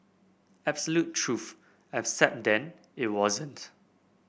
absolute truth except then it wasn't